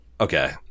Okay